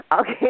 Okay